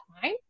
time